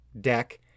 deck